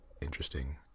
interesting